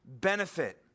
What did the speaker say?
benefit